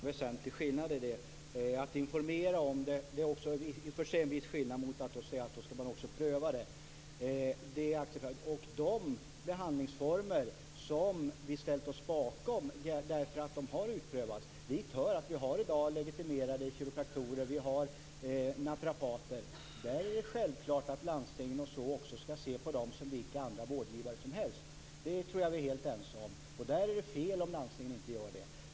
Fru talman! Det är en väsentlig skillnad att informera om att det finns alternativa behandlingsformer. Det är i och för sig en viss skillnad att säga att man också skall pröva dem. Vi har ställt oss bakom behandlingsformer som har utprövats. Det gör att vi i dag har legitimerade kiropraktorer och naprapater. Det är självklart att landstingen skall se på dem som på vilka andra vårdgivare som helst. Det tror jag att vi är helt ense om. Det är fel om landstingen inte gör det.